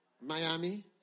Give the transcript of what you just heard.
Miami